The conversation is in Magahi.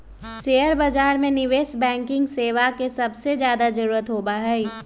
शेयर बाजार में निवेश बैंकिंग सेवा के सबसे ज्यादा जरूरत होबा हई